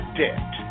debt